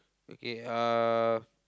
okay uh